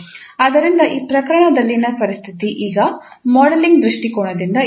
ಆದ್ದರಿಂದ ಈ ಪ್ರಕರಣದಲ್ಲಿನ ಪರಿಸ್ಥಿತಿ ಈಗ ಮಾಡೆಲಿಂಗ್ ದೃಷ್ಟಿಕೋನದಿಂದ ಇರಬಹುದು